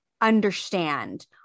understand